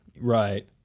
Right